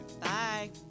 bye